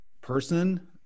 person